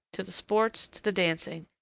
to the sports, to the dancing,